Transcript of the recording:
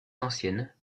ancienne